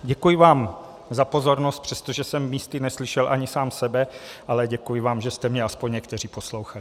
Děkuji vám za pozornost, přestože jsem místy neslyšel ani sám sebe, ale děkuji vám, že jste mě aspoň někteří poslouchali.